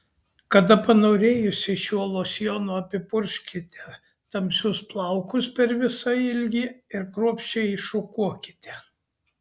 kada panorėjusi šiuo losjonu apipurkškite tamsius plaukus per visą ilgį ir kruopščiai iššukuokite